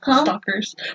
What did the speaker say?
stalkers